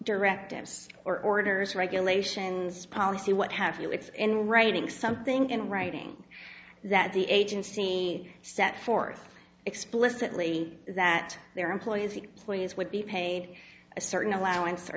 directives or orders regulations policy what have you it's in writing something in writing that the agency set forth explicitly that their employees please would be paid a certain allowance or